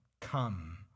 come